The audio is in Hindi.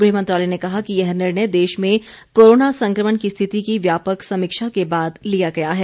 गृह मंत्रालय ने कहा कि यह निर्णय देश में कोरोना संक्रमण की स्थिति की व्यापक समीक्षा के बाद लिया गया है